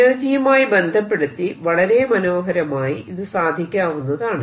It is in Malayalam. എനർജിയുമായി ബന്ധപ്പെടുത്തി വളരെ മനോഹരമായി ഇത് സാധിക്കാവുന്നതാണ്